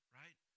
right